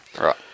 Right